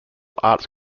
arts